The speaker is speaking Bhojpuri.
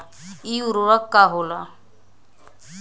इ उर्वरक का होला?